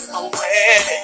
away